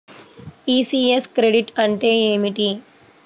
ECS credit అంటే ఏమిటి?